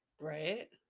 Right